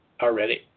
already